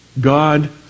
God